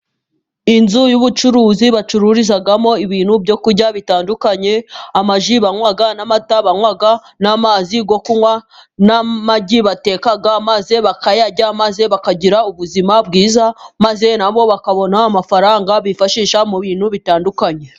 inzu y'ubucuruzi bacururizamo ibintu byo kurya bitandukanye, amaji banwa n'amata banwa n'amazi yo kunwa, n'amagi bateka maze bakayarya maze bakagira ubuzima bwiza, maze na bo bakabona amafaranga bifashisha mu bintu bitandukanye.